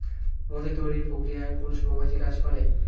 মধু তৈরির প্রক্রিয়ায় পুরুষ মৌমাছি কাজ করে